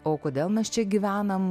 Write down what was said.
o kodėl mes čia gyvenam